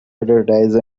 advertised